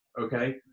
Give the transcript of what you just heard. Okay